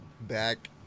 Back